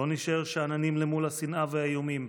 לא נישאר שאננים למול השנאה ואיומים.